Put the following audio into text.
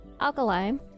Alkaline